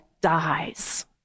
dies